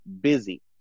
busy